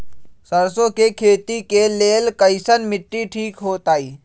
सरसों के खेती के लेल कईसन मिट्टी ठीक हो ताई?